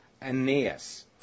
Aeneas